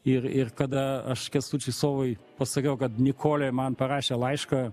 ir ir kada aš kęstučiui sovai pasakiau kad nikolė man parašė laišką